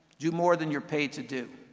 do more than you're paid to do.